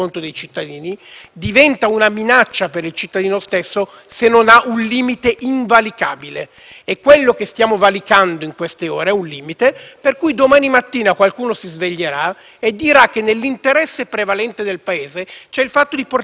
Quello che stiamo valicando in queste ore è un limite, per cui domani mattina qualcuno potrebbe svegliarsi e dire che nell'interesse prevalente del Paese è possibile portare via la casa a un altro, che non potrà dire niente, perché è nell'interesse prevalente del Paese. Ognuno di noi